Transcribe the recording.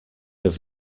have